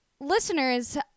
listeners